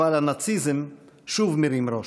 אבל הנאציזם שוב מרים ראש.